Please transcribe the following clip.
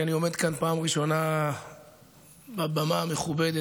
אני עומד כאן פעם ראשונה על הבמה המכובדת